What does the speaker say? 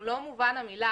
במלוא מובן המילה.